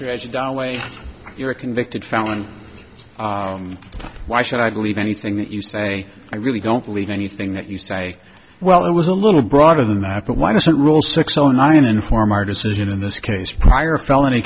mr way you're a convicted felon why should i believe anything that you say i really don't believe anything that you say well i was a little broader than that but why doesn't rule six o nine inform our decision in this case prior felony